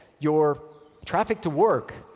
your traffic to work,